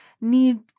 need